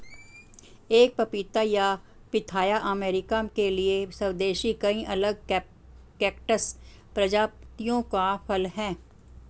एक पपीता या पिथाया अमेरिका के लिए स्वदेशी कई अलग कैक्टस प्रजातियों का फल है